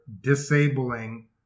disabling